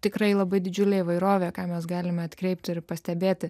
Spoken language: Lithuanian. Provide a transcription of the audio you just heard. tikrai labai didžiulė įvairovė ką mes galime atkreipti ir pastebėti